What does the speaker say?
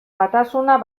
batasuna